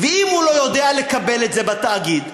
ואם הוא לא יודע לקבל את זה בתאגיד,